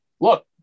look